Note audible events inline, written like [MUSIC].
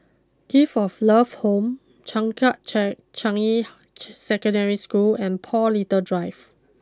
Gift of love Home Changkat [UNINTELLIGIBLE] Changi [UNINTELLIGIBLE] Secondary School and Paul little Drive